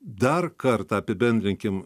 dar kartą apibendrinkim